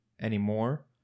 anymore